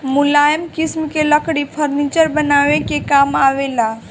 मुलायम किसिम के लकड़ी फर्नीचर बनावे के काम आवेला